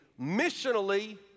missionally